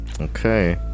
Okay